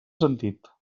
sentit